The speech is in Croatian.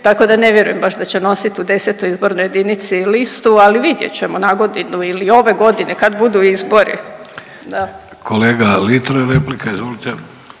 tako da ne vjerujem baš da će nositi u 10. izbornoj jedinici listu. Ali vidjet ćemo na godinu ili ove godine kad budu izbori, da. **Vidović, Davorko